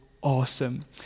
awesome